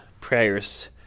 prayers